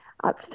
up